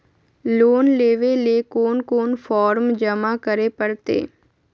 Loan लेवे ले कोन कोन फॉर्म जमा करे परते?